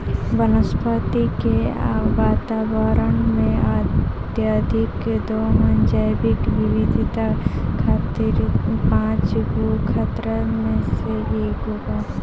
वनस्पति के वातावरण में, अत्यधिक दोहन जैविक विविधता खातिर पांच गो खतरा में से एगो बा